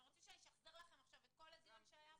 אתם רוצים שאני אשחזר לכם עכשיו את כל הדיון שהיה פה.